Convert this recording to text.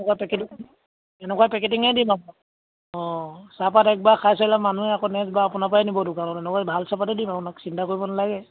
এনেকুৱা পেকেটিং এনেকুৱা পেকেটিঙে দিম আপোনাক অঁ চাহপাত একবাৰ খাই চালে মানুহ আকৌ নেক্সবাৰ আপোনাৰপৰাই নিব আপোনাৰ দোকানলৈ গৈ কাৰণ এনেকুৱা ভাল চাহপাতেই দিম আপোনাক চিন্তা কৰিব নালাগে